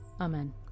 Amen